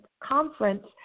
conference